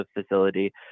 facility